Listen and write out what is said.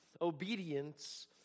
obedience